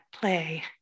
play